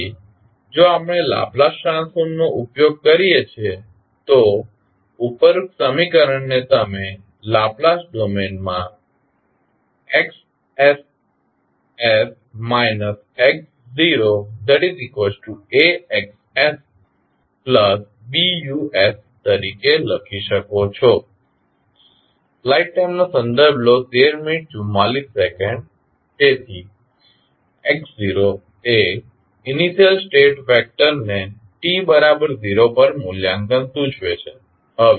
તેથી જો આપણે લાપ્લાસ ટ્રાન્સફોર્મ નો ઉપયોગ કરીએ છીએ તો ઉપરોક્ત સમીકરણને તમે લાપ્લાસ ડોમેન મા sXs x0AXsBUs તરીકે લખી શકો છો તેથી x એ ઇનિશ્યલ સ્ટેટ વેક્ટર ને t0 પર મૂલ્યાંકન સૂચવે છે